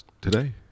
today